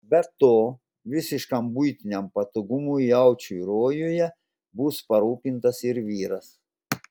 be to visiškam buitiniam patogumui jaučiui rojuje bus parūpintas ir vyras